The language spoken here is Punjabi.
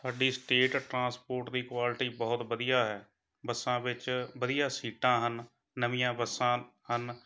ਸਾਡੀ ਸਟੇਟ ਟ੍ਰਾਂਸਪੋਰਟ ਦੀ ਕੋਆਲਟੀ ਬਹੁਤ ਵਧੀਆ ਹੈ ਬੱਸਾਂ ਵਿੱਚ ਵਧੀਆ ਸੀਟਾਂ ਹਨ ਨਵੀਆਂ ਬੱਸਾਂ ਹਨ